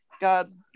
God